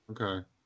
Okay